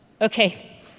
Okay